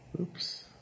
Oops